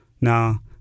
now